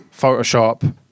Photoshop